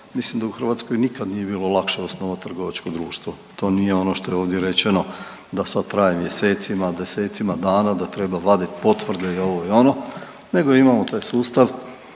mislim da u Hrvatskoj nikad nije bilo lakše osnovati trgovačko društvo. To nije ono što je ovdje rečeno da sad traje mjesecima, desecima dana, da treba vaditi potvrde i ovo i ono, nego imao taj sustav